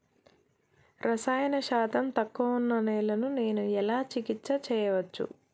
రసాయన శాతం తక్కువ ఉన్న నేలను నేను ఎలా చికిత్స చేయచ్చు?